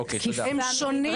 מרכזים שונים.